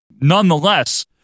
Nonetheless